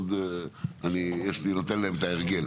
אני נותן להם את ההרגל.